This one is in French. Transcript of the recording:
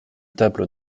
tables